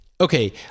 okay